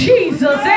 Jesus